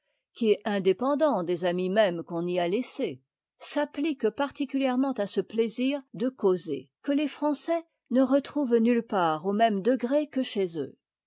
qui est indépendant des amis mêmes qu'on y a laissés s'applique particulièrement à ce plaisir de causer que les français ne retrouvent nulle part au même degré que chez eux